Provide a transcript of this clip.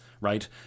right